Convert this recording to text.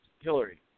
Hillary